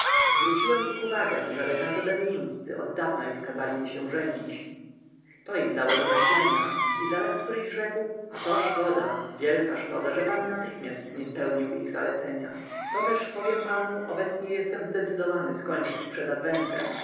zwróciłem ich uwagę że lekarze berlińscy oddawna już kazali mi się żenić to im dało do myślenia i zaraz któryś rzekł a to szkoda wielka szkoda że pan natychmiast nie spełnił ich zalecenia to też powiem panu obecnie jestem zdecydowany skończyć przed